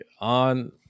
on